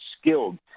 skilled